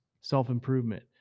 self-improvement